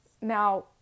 Now